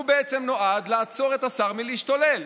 הוא נועד לעצור את השר מלהשתולל.